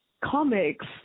comics